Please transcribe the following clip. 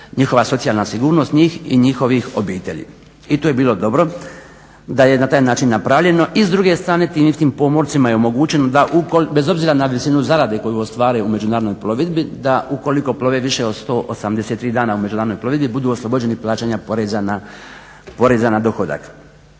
njihova socijalna sigurnost njih i njihovih obitelji. I tu je bilo da je na taj način napravljano i s druge strane tim istim pomorcima je omogućeno da bez obzira na visinu zarade koju ostvare u međunarodnoj plovidbi da ukoliko plove više od 183 dana u međunarodnoj plovidbi budu oslobođeni plaćanja poreza na dohodak.